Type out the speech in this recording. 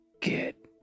get